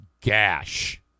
gash